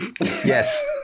Yes